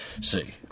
see